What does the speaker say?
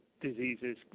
Diseases